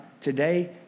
today